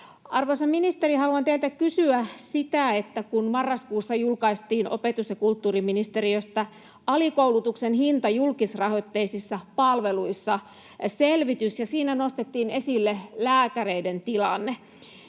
Arvoisa ministeri, haluan teiltä kysyä siitä, kun marraskuussa julkaistiin opetus- ja kulttuuriministeriöstä Alikoulutuksen hinta julkisrahoitteisissa palveluissa -selvitys, ja siinä nostettiin esille lääkäreiden tilanne.